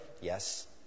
Yes